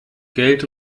geld